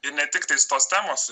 ir ne tiktais tos temos